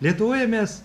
lietuvoje mes